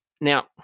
Now